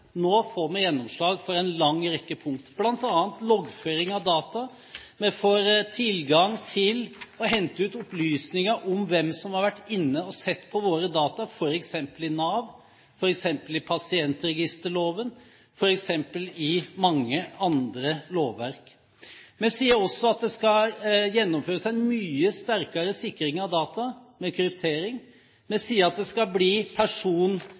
Nå får vi gjennomslag for en lang rekke punkter, bl.a. loggføring av data. Vi får tilgang til å hente ut opplysninger om hvem som har vært inne og sett på våre data, f.eks. i Nav, f.eks. data i henhold til pasientregisterloven og mange andre lovverk. Vi sier også at det skal gjennomføres en mye sterkere sikring av data, med kryptering. Vi sier at det skal bli